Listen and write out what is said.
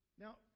now